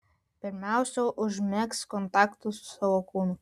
pirmiausia užmegzk kontaktą su savo kūnu